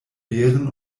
bären